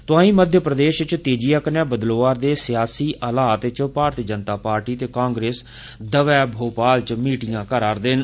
तोंआई मध्यप्रदेश च तेजीय कन्नै बदलोआ रदे सियासी हालात च भारतीय जनता पार्टी ते कांग्रेस दल भोपाल च मीटिंगां करा रदे न